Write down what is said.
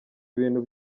ibintu